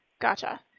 Gotcha